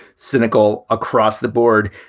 cynical across the board.